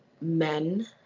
men